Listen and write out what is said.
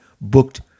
booked